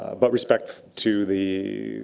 but respect to the